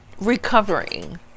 recovering